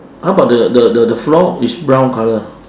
how about the the the floor it's brown colour